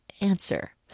ANSWER